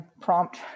prompt